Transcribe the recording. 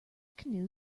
canoe